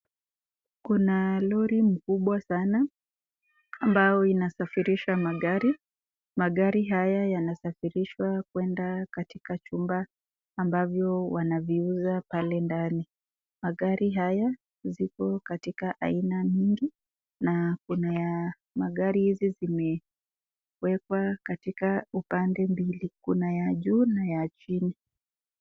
Kuna lori mkubwa sana ambayo inasafirisha magari. Magari haya yanasafirishwa kuenda katika chumba ambavyo wanaviuza pale, ndani magari haya ziko katika aina mingi na kunaya magari hizi zimewekwa katika upande mbili kuna ya juu na ya chini.